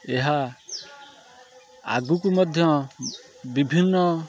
ଏହା ଆଗୁକୁ ମଧ୍ୟ ବିଭିନ୍ନ